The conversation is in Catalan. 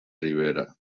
rivera